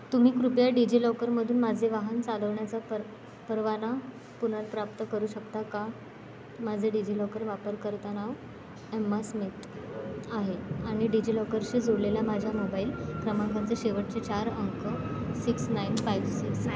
तुम्ही कृपया डिजि लॉकरमधून माझे वाहन चालवण्याचा पर परवाना पुनर्प्राप्त करू शकता का माझे डिजि लॉकर वापरकर्ता नाव एम्मा स्मित आहे आणि डिजि लॉकरशी जोडलेल्या माझ्या मोबाईल क्रमांकांचे शेवटचे चार अंक सिक्स नाईन फाईव्ह सिक्स